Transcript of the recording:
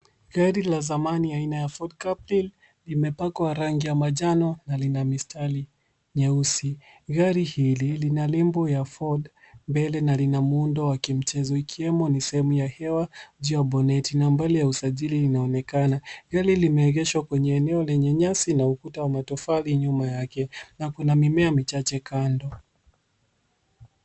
Gari la zamani aina ya Ford Capital limepakwa rangi ya majano na lina mistari nyeusi. Gari hili lina nembo ya Ford Mbele, na lina muundo wa kimchezo. Ikiwemo nisemi ya hewa juu ya boneti nambari ya usajili inaonekana. Gari limegesho kwenye eneo lenye nyasi na ukuta wa matofali nyuma yake. Na kuna mimea mchache kando.